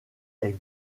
est